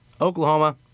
Oklahoma